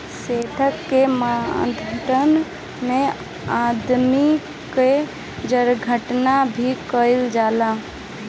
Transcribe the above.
सांख्यिकी माडल में आबादी कअ जनगणना भी कईल जाला